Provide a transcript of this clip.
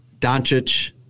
Doncic